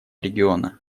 региона